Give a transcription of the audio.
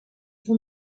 vont